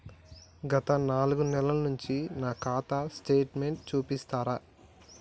గత నాలుగు నెలల నుంచి నా ఖాతా స్టేట్మెంట్ చూపిస్తరా?